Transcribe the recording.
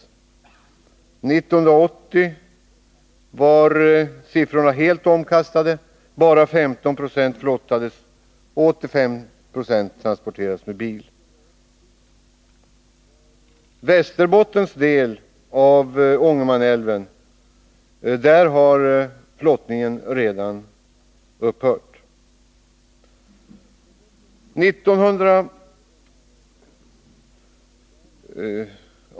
1980 var siffrorna helt omkastade — bara 15 40 flottades, och 85 26 transporterades med bil.